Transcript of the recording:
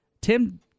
Tim